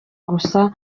gusa